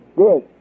good